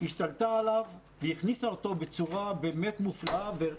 השתלטה עליו והכניסה אותו בצורה באמת מופלאה.